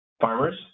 farmers